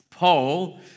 Paul